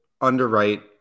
underwrite